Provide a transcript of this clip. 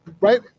Right